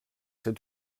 sait